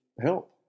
help